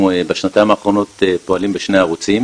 בשנתיים האחרונות אנחנו פועלים בשני ערוצים,